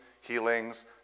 healings